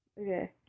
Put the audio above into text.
Okay